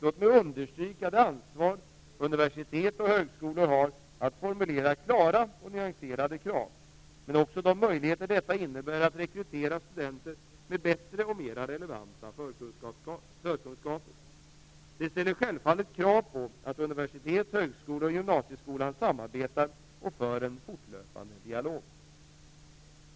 Låt mig understryka det ansvar universitet och högskolor har att formulera klara och nyanserade krav, men också de möjligheter detta innebär att rekrytera studenter med bättre och mer relevanta förkunskaper. Det ställer självfallet krav på att universitet, högskolor och gymnasieskolan samarbetar och för en fortlöpande dialog.